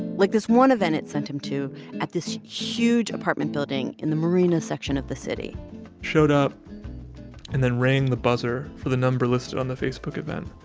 like this one event it sent him to at this huge apartment building in the marina section of the city showed up and then rang the buzzer for the number listed on the facebook event.